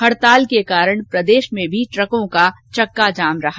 हडताल के कारण प्रदेश में भी ट्रकों का चक्का जाम रहा